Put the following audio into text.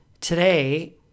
today